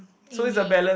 in the